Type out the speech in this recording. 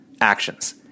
actions